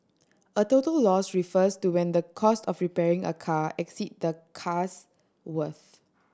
a total loss refers to when the cost of repairing a car exceeds the car's worth